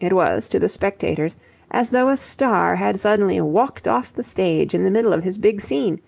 it was to the spectators as though a star had suddenly walked off the stage in the middle of his big scene